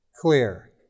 clear